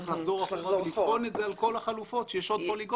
צריך לחזור אחורה ולבחון את זה על כל החלופות שיש עוד פוליגונים,